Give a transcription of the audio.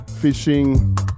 fishing